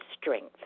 strength